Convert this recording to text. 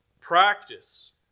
practice